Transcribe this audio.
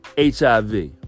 HIV